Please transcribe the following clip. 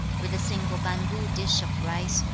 with a single bamboo dish of rice,